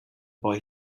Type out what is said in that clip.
boy